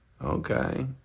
Okay